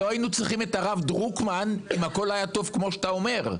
לא היינו צריכים את הרב דרוקמן אם הכול היה טוב כמו שאתה אומר.